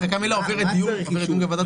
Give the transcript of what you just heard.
חקיקה מלאה עוברת דיון גם בוועדת הכספים.